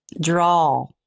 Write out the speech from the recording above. Draw